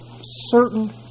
certain